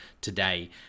today